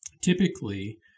typically